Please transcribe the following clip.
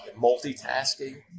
multitasking